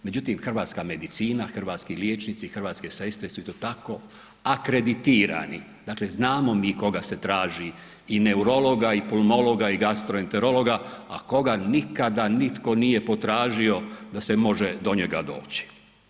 Međutim, hrvatska medicina, hrvatski liječnici, hrvatske sestre su i to tako akreditirani, dakle znamo mi koga se traži i neurologa i pulmologa i gastroenterologa, a koga nikada nitko nije potražio da se može do njega doći.